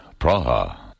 Praha